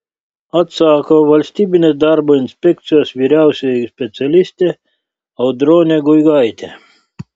atsako valstybinės darbo inspekcijos vyriausioji specialistė audronė guigaitė